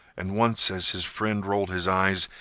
and once as his friend rolled his eyes,